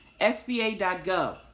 sba.gov